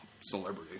celebrity